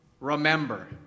Remember